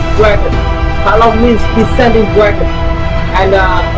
dragon halong means descending dragon and